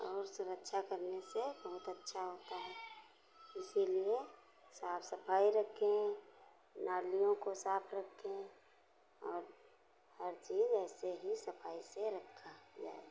और सुरक्षा करने से बहुत अच्छा होता है इसीलिए साफ सफाई रखें नालियों को साफ रखें और हर चीज ऐसे ही सफाई से रखा जाए